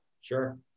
Sure